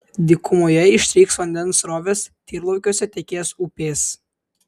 dykumoje ištrykš vandens srovės tyrlaukiuose tekės upės